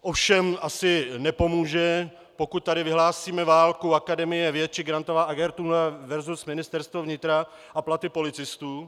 Ovšem asi nepomůže, pokud tady vyhlásíme válku Akademie věd či Grantová agentura versus Ministerstvo vnitra a platy policistů.